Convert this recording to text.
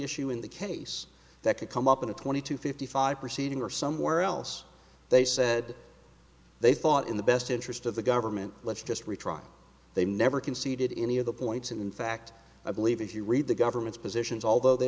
issue in the case that could come up in a twenty to fifty five proceeding or somewhere else they said they thought in the best interest of the government let's just retry they never conceded in any of the points in fact i believe if you read the government's positions although they